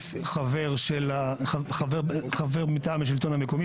חבר מטעם השלטון המקומי,